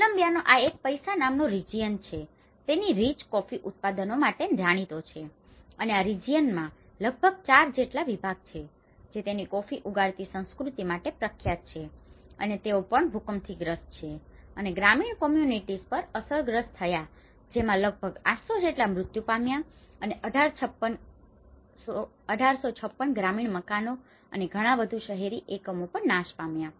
કોલમ્બિયાનો આ પૈસા નામનો region region પ્રદેશ જે તેની રીચ rich રસાળ કોફી ઉત્પાદનો માટે જાણીતો છે અને આ રિજિયનમાં region પ્રદેશ લગભગ 4 જેટલા વિભાગો છે જે તેની કોફી ઉગાડતી સંસ્કૃતિ માટે પ્રખ્યાત છે અને તેઓ પણ ભૂકંપથી ગ્રસ્ત છે અને ગ્રામીણ કોમ્યુનિટીસ communities સમુદાયો પણ અસરગ્રસ્ત થયા જેમાં લગભગ 800 જેટલા મૃત્યુ પામ્યા અને 1856 ગ્રામીણ મકાનો અને ઘણા વધુ શહેરી એકમો પણ નાશ પામ્યા